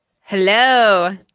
Hello